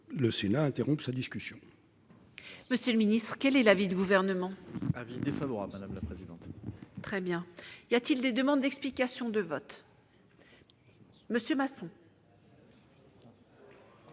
le Sénat interrompe sa discussion.